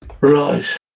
Right